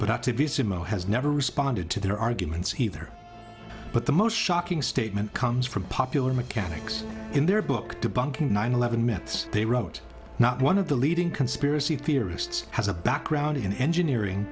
have to be simone has never responded to their arguments either but the most shocking statement comes from popular mechanics in their book to bunk nine eleven myths they wrote not one of the leading conspiracy theorists has a background in engineering